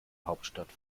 hauptstadt